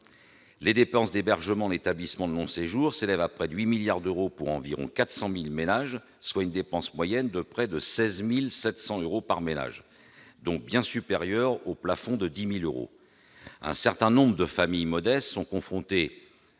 Les dépenses d'hébergement en établissement de long séjour s'élèvent à près de 8 milliards d'euros pour environ 400 000 ménages, soit une dépense moyenne de près de 16 700 euros par ménage, bien supérieure, donc, au plafond de 10 000 euros. Un certain nombre de familles modestes, confrontées